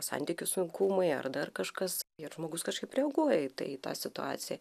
santykių sunkumai ar dar kažkas ir žmogus kažkaip reaguoja į tai į tą situaciją